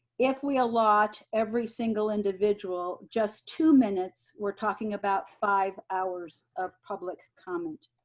if we allot every single individual just two minutes, we're talking about five hours of public comment.